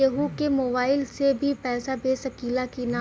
केहू के मोवाईल से भी पैसा भेज सकीला की ना?